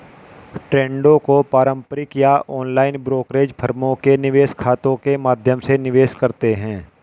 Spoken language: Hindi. ट्रेडों को पारंपरिक या ऑनलाइन ब्रोकरेज फर्मों के निवेश खातों के माध्यम से निवेश करते है